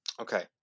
Okay